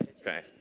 Okay